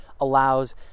allows